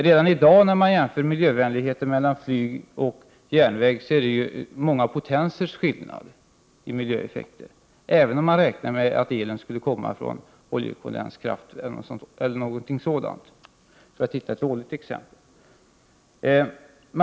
Redan när man i dag jämför miljövänligheten mellan flyg och järnväg, är det många potensers skillnad i miljöeffekter — även om man räknar med att elen skulle komma från oljekondenskraftverk e.d.